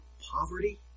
poverty